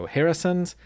Harrisons